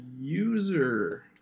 user